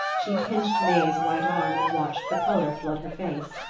she pinched may's white arm and watched the colour flood her face.